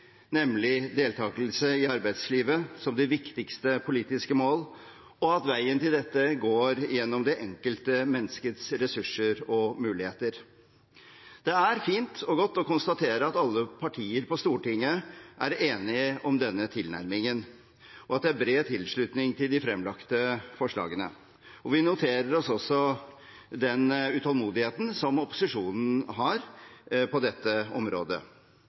nemlig deltakelse i arbeidslivet som det viktigste politiske mål, og at veien til dette går gjennom det enkelte menneskets ressurser og muligheter. Det er fint og godt å konstatere at alle partier på Stortinget er enige om denne tilnærmingen, og at det er bred tilslutning til de fremlagte forslagene. Vi noterer oss også den utålmodigheten som opposisjonen har på dette området.